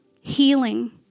healing